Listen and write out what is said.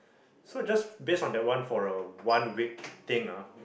so just based on that one on a one week thing ah